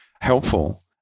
helpful